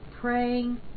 praying